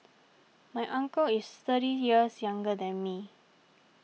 my uncle is thirty years younger than me